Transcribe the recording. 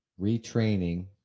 retraining